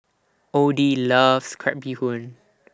Oddie loves Crab Bee Hoon